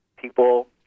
people